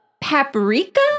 paprika